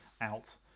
out